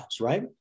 right